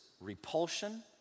repulsion